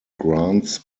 grants